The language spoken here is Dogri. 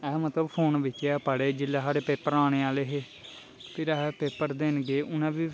अस मतलब फोन बिच्च गै पढ़े जेल्लै साढ़े पेपर औने आह्ले हे फिर अस पेपर देन गे उ'नें बी